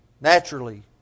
Naturally